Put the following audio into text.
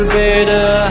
better